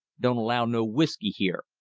don't allow no whisky here,